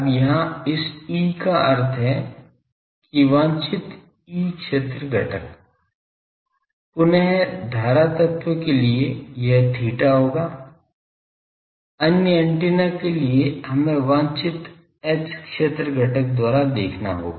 अब यहाँ इस E का अर्थ है कि वांछित E क्षेत्र घटक पुनः धारा तत्व के लिए यह theta होगा अन्य एंटेना के लिए हमें वांछित H क्षेत्र घटक द्वारा देखना होगा